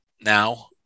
now